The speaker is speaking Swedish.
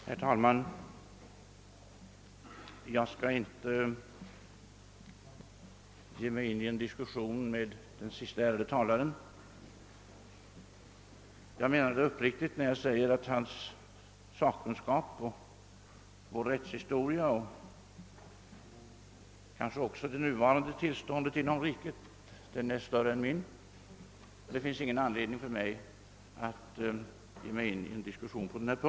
Herr talman! Jag skall inte ta upp någon diskussion med den siste ärade talaren. Jag menar det uppriktigt när jag säger att hans sakkunskap i fråga om rättshistoria och kanske också det nuvarande tillståndet inom riket på rättsväsendets område är större än min, och det finns ingen anledning för mig att ge mig in på en diskussion om dessa frågor.